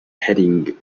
heading